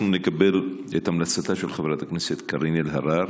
אנחנו נקבל את המלצתה של חברת הכנסת קארין אלהרר.